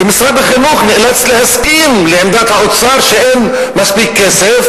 ומשרד החינוך נאלץ להסכים לעמדת האוצר שאין מספיק כסף,